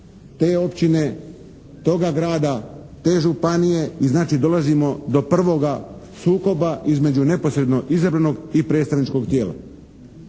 te općine, toga grada, te županije. I znači, dolazimo do prvog sukoba između neposredno izabranog i predstavničkog tijela.